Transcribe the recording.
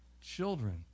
children